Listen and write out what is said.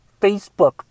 Facebook